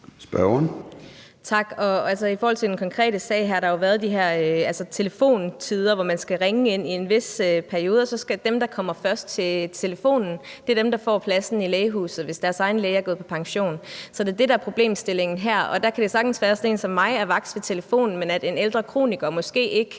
(DD): Tak. I forhold til den konkrete sag har der jo været de her telefontider, hvor man skal ringe ind i en vis periode, og så er dem, der kommer først igennem i telefonen, dem, der får pladsen i lægehuset, hvis deres egen læge er gået på pension. Så det er det, der er problemstillingen her. Der kan det sagtens være, at sådan en som mig er vaks ved telefonen, men at en ældre kroniker måske ikke